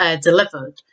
delivered